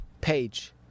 page